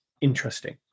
interesting